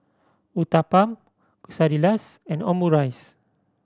Uthapam Quesadillas and Omurice